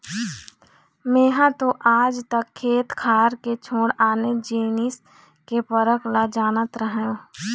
मेंहा तो आज तक खेत खार के छोड़ आने जिनिस के फरक ल जानत रहेंव